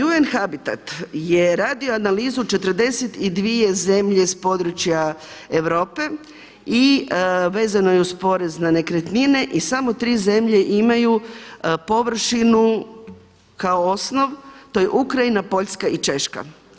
UN-Habitat je radio analizu 42 zemlje iz područja Europe i vezano je uz porez na nekretnine i samo 3 zemlje imaju površinu kao osnov, to je Ukrajina, Poljska i Češka.